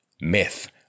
myth